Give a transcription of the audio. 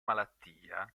malattia